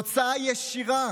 תוצאה ישירה